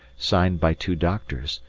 signed by two doctors,